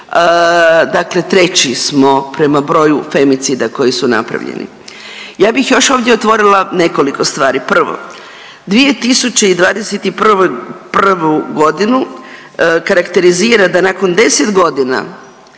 dakle treći smo prema broju femicida koji su napravljeni. Ja bih još ovdje otvorila nekoliko stvari. Prvo, 2021. godinu karakterizira da nakon 10 godina